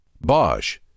Bosch